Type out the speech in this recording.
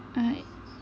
ah